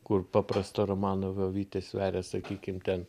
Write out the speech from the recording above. kur paprasta romanovo avytė sveria sakykim ten